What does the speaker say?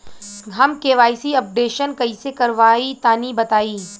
हम KYC updation कइसे करवाई तनि बताई?